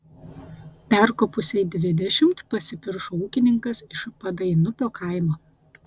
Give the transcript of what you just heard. perkopusiai dvidešimt pasipiršo ūkininkas iš padainupio kaimo